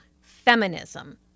Feminism